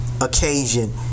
occasion